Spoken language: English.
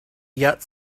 yet